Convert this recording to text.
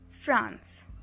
France